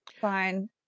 Fine